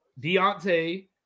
Deontay